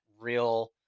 real